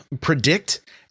predict